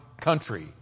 country